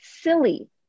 silly